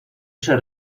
ser